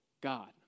God